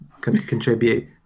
contribute